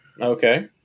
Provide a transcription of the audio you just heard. Okay